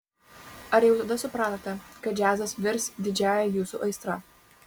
ar jau tada supratote kad džiazas virs didžiąja jūsų aistra